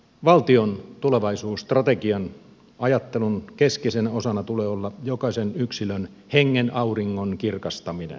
valtion tulevaisuusstrategian ajattelun keskeisenä osana tulee olla jokaisen yksilön hengen auringon kirkastaminen